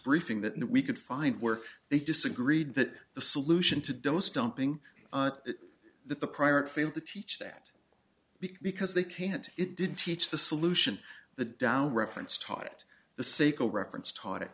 briefing that we could find were they disagreed that the solution to dose dumping the prior failed to teach that because they can't it didn't teach the solution the tao reference taught it the seiko reference taught it